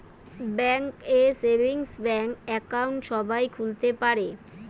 bank এ savings bank account সবাই খুলতে পারে